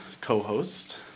co-host